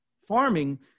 farming